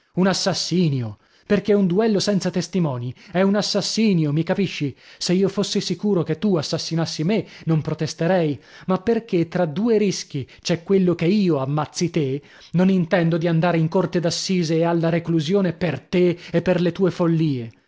un assassinio perchè un duello senza testimoni è un assassinio mi capisci se io fossi sicuro che tu assassinassi me non protesterei ma perchè tra due rischi c'è quello ch'io ammazzi te non intendo di andare in corte d'assise e alla reclusione per te e per le tue follie